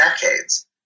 decades